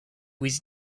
was